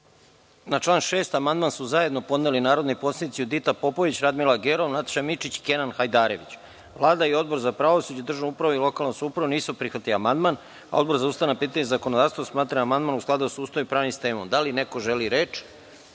član 22. amandman su zajedno podneli narodni poslanici Judita Popović, Radmila Gerov, Nataša Mićić i Kenan Hajdarević. Vlada i Odbor za pravosuđe, državnu upravu i lokalnu samoupravu nisu prihvatili amandman, a Odbor za ustavna pitanja i zakonodavstvo smatra da je amandman u skladu sa Ustavom i pravnim sistemom. Da li neko želi reč?